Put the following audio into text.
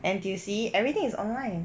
N_T_U_C everything is online